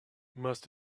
must